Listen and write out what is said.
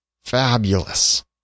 fabulous